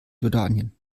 jordanien